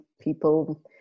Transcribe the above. people